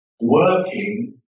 working